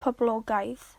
poblogaidd